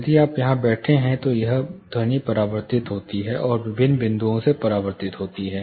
यदि आप यहां बैठे हैं तो यह ध्वनि परावर्तित होती है और विभिन्न बिंदुओं से परावर्तित होती है